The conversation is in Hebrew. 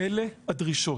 אלה הדרישות.